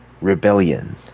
rebellion